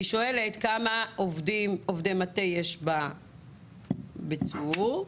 אני שואלת כמה עובדי מטה יש ביחידת צור,